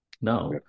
Now